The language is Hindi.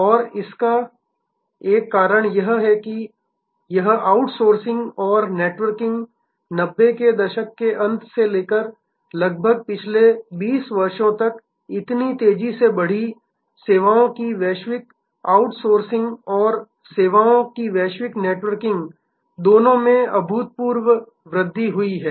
और इसका एक कारण यह है कि यह आउटसोर्सिंग और नेटवर्किंग 90 के दशक के अंत से लेकर पिछले लगभग 20 वर्षों तक इतनी तेज़ी से बढ़ी सेवाओं की वैश्विक आउटसोर्सिंग और सेवाओं की वैश्विक नेटवर्किंग दोनों में अभूतपूर्व वृद्धि हुई है